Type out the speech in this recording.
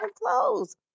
clothes